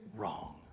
wrong